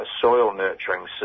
soil-nurturing